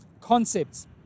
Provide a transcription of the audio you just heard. concepts